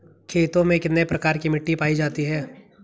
खेतों में कितने प्रकार की मिटी पायी जाती हैं?